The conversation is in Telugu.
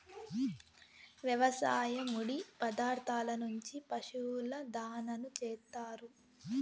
వ్యవసాయ ముడి పదార్థాల నుంచి పశువుల దాణాను చేత్తారు